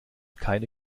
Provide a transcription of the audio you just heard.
keine